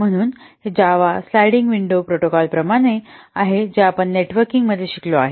म्हणून हे Java sliding window protocol प्रमाणे आहे जे आपण नेटवर्किंगमध्ये शिकलो आहे